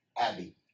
Abby